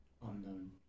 unknown